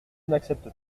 n’accepte